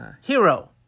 hero